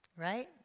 Right